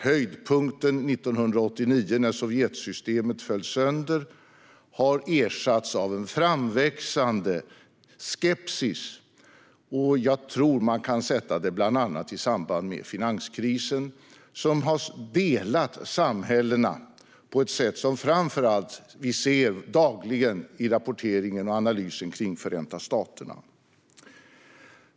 Höjdpunkten 1989 när Sovjetsystemet föll sönder har ersatts av en framväxande skepsis, och jag tror att man kan sätta detta bland annat i samband med finanskrisen som har delat samhällena på ett sätt som vi framför allt ser dagligen i rapporteringen kring och analysen av Förenta staterna.